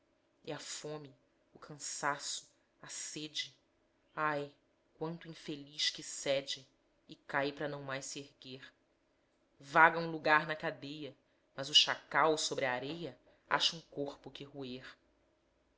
a fome o cansaço a sede ai quanto infeliz que cede e cai p'ra não mais s'erguer vaga um lugar na cadeia mas o chacal sobre a areia acha um corpo que roer